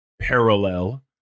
parallel